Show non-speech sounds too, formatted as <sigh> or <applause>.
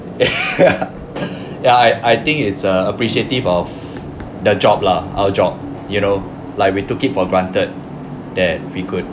<laughs> ya I I think it's a appreciative of the job lah our job you know like we took it for granted that we could